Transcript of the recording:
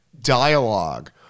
dialogue